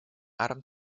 arm